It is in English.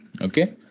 okay